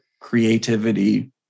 creativity